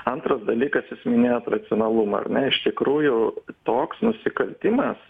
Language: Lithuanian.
antras dalykas minėjot racionalumą ar ne iš tikrųjų toks nusikaltimas